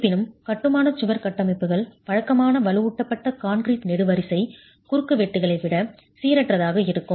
இருப்பினும் கட்டுமான சுவர் கட்டமைப்புகள் வழக்கமான வலுவூட்டப்பட்ட கான்கிரீட் நெடுவரிசை குறுக்குவெட்டுகளை விட சீரற்றதாக இருக்கும்